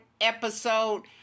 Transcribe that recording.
episode